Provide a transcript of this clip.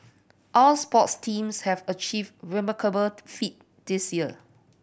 our sports teams have achieved remarkable feat this year